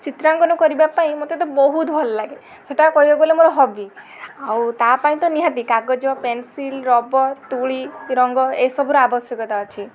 ଚିତ୍ରାଙ୍କନ କରିବା ପାଇଁ ମତେ ତ ବହୁତ ଭଲ ଲାଗେ ସେଇଟା କହିବାକୁ ଗଲେ ମୋର ହବି ଆଉ ତା ପାଇଁ ତ ନିହାତି କାଗଜ ପେନସିଲ ରବର ତୂଳୀ ରଙ୍ଗ ଏ ସବୁର ଆବଶ୍ୟକତା ଅଛି